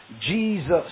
Jesus